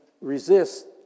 resist